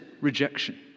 rejection